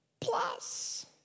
Plus